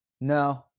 No